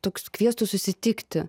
toks kviestų susitikti